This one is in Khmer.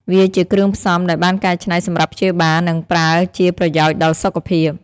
វាជាគ្រឿងផ្សំដែលបានកែច្នៃសម្រាប់ព្យាបាល និង ប្រើជាប្រយោជន៍ដល់សុខភាព